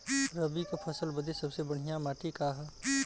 रबी क फसल बदे सबसे बढ़िया माटी का ह?